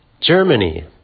Germany